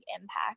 impact